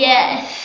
Yes